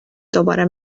دوباره